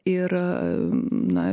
ir na